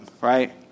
right